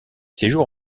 séjours